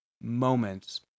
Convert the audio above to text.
moments